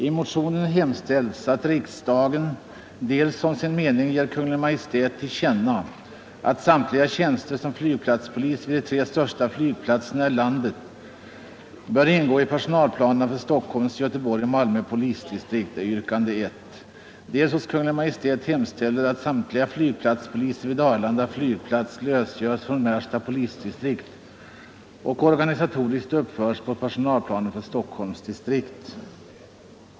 I motionen hemställs att riksdagen dels som sin mening ger Kungl. Maj:t till känna att samtliga tjänster som flygplatspolis vid de tre största flygplatserna i landet bör ingå i personalplanerna för Stockholms, Göteborgs och Malmö polisdistrikt, dels hos Kungl. Maj:t hemställer att samtliga flygplatspoliser vid Arlanda flygplats lösgörs från Märsta polisdistrikt och organisatoriskt uppförs på personalplanen för Stockholms distrikt.